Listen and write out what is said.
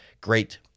great